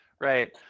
Right